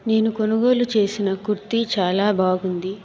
నేను కొనుగోలు చేసిన కుర్తి చాలా బాగుంది